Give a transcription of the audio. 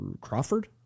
Crawford